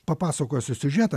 papasakosiu siužetą